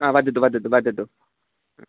वदतु वदतु वदतु